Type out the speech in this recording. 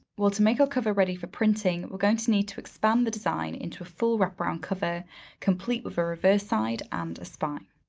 well, to make our cover ready for printing, we're going to need to expand the design into a full wrap-around cover complete with a reverse side and a spine.